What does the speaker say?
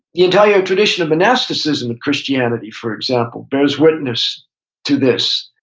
the entire tradition of monasticism in christianity, for example, bears witness to this.